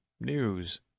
News